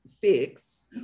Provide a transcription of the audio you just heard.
fix